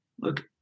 Look